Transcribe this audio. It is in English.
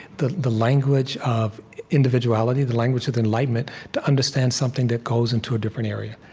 the the language of individuality, the language of the enlightenment, to understand something that goes into a different area.